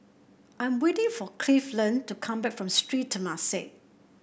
I'm waiting for Cleveland to come back from Sri Temasek